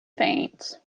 faints